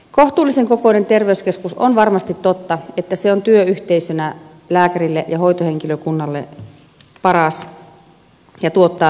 kohtuullisen kokoinen terveyskeskus on varmasti totta että se on työyhteisönä lääkärille ja hoitohenkilökunnalle paras ja tuottaa tulosta